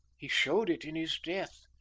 he showed it in his death,